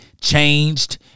changed